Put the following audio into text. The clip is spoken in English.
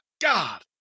God